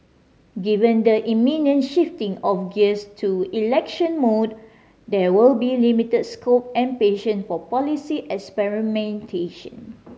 given the imminent shifting of gears to election mode there will be limited scope and patience for policy experimentation